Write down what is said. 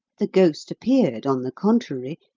the ghost appeared, on the contrary,